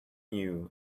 new